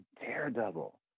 daredevil